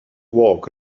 walk